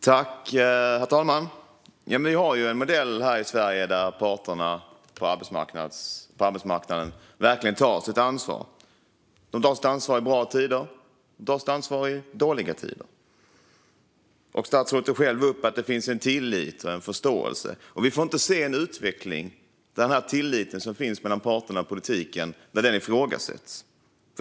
Herr talman! Vi har en modell i Sverige där parterna på arbetsmarknaden verkligen tar sitt ansvar. De tar sitt ansvar i bra tider, och de tar sitt ansvar under dåliga tider. Statsrådet tog själv upp att det finns en tillit och en förståelse där. Vi får inte se en utveckling där den tillit som finns mellan parterna och politiken ifrågasätts.